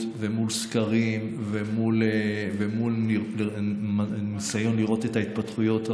ומול סקרים ומול ניסיון לראות את ההתפתחויות.